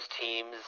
teams